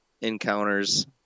encounters